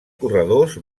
corredors